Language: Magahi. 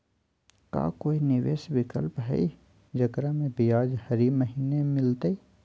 का कोई निवेस विकल्प हई, जेकरा में ब्याज हरी महीने मिलतई?